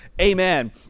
amen